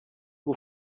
who